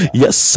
yes